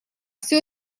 все